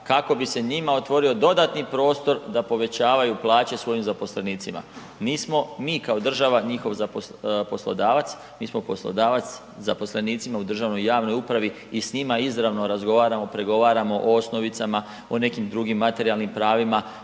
kako bi se njima otvorio dodatni prostor da povećavaju plaće svojim zaposlenicima. Nismo mi kao država njihov poslodavac, mi smo poslodavac zaposlenicima u državnoj i javnoj upravi i s njima izravno razgovaramo, pregovaramo o osnovicama, o nekim drugim materijalnim pravima,